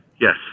Yes